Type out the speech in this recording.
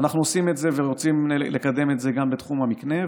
אנחנו עושים את זה ורוצים לקדם את זה גם בתחום המקנה,